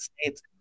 States